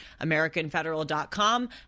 AmericanFederal.com